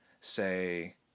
say